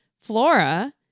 Flora